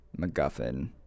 MacGuffin